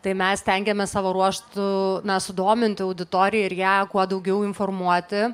tai mes stengiamės savo ruožtu na sudominti auditoriją ir ją kuo daugiau informuoti